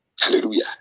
Hallelujah